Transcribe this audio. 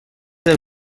del